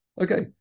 Okay